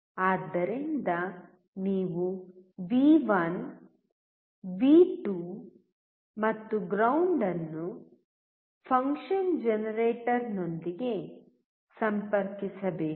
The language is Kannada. ಆದ್ದರಿಂದ ನೀವು ವಿ1 ವಿ2 ಮತ್ತು ಗ್ರೌಂಡ್ ಅನ್ನು ಫಂಕ್ಷನ್ ಜನರೇಟರ್ನೊಂದಿಗೆ ಸಂಪರ್ಕಿಸಬೇಕು